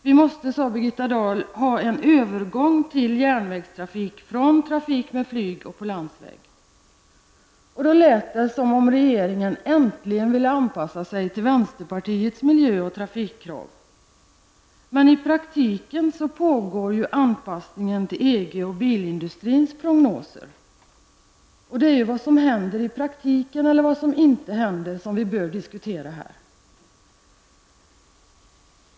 - Vi måste ha en övergång till järnvägstrafik från trafik med flyg och på landsväg.'' Det lät då som regeringen äntligen ville anpassa sig till vänsterpartiets miljö och trafikkrav. Men i praktiken pågår ju anpassningen till EG och bilindustrins prognoser. Det är vad som händer resp. inte händer i praktiken som bör diskuteras här.